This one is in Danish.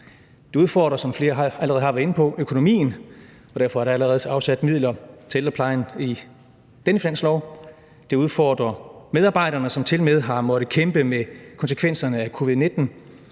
Det udfordrer, som flere allerede har været inde på, økonomien, og derfor er der allerede afsat midler til ældreplejen i denne finanslov. Det udfordrer medarbejderne, som tilmed har måttet kæmpe med konsekvenserne af covid-19,